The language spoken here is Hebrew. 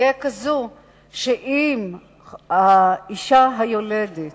תהיה כזו שאם האשה היולדת